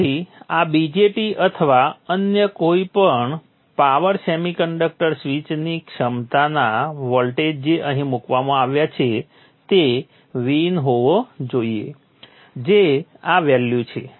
આથી આ BJT અથવા અન્ય કોઈ પણ પાવર સેમિકન્ડક્ટર સ્વીચની ક્ષમતાના વોલ્ટેજ જે અહીં મૂકવામાં આવ્યા છે તે Vin હોવા જોઈએ જે આ વેલ્યુ છે